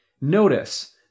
Notice